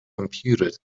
computed